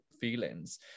feelings